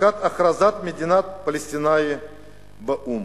מכת הכרזת מדינה פלסטינית באו"ם.